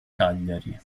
cagliari